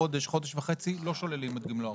חודש או חודש וחצי, לא שוללים את גמלאותיו.